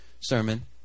sermon